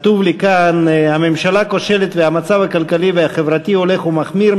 כתוב לי כאן: הממשלה הכושלת והמצב הכלכלי והחברתי הולך ומחמיר,